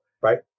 right